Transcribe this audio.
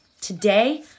today